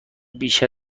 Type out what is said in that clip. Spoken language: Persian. بیش